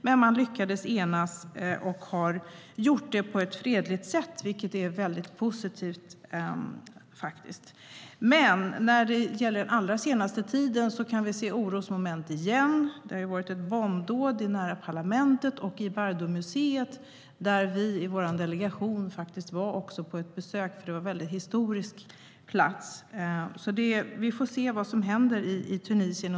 Men man lyckades enas och har gjort det på ett fredligt sätt, vilket är mycket positivt. Men under den allra senaste tiden kan vi se orosmoment igen. Det har ju varit ett bombdåd nära parlamentet och i Bardomuseet, där vi i vår delegation var på besök. Det var en mycket historisk plats. Vi får se vad som händer i Tunisien.